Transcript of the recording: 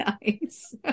nice